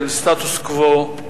של סטטוס קוו,